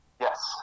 Yes